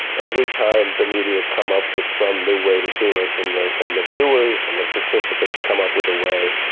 every time the media come up with some new way to do it, and the and the viewers and the participants come up with a way,